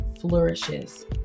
flourishes